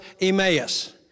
Emmaus